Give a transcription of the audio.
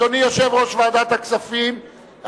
אדוני יושב-ראש ועדת הכספים,